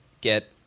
get